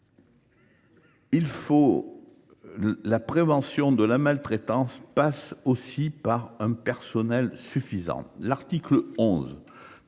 ? La prévention de la maltraitance passe aussi par un personnel suffisant. L’article 11